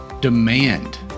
Demand